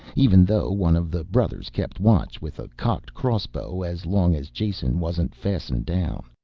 even though one of the brothers kept watch with a cocked crossbow as long as jason wasn't fastened down.